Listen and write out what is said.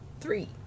Three